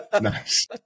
Nice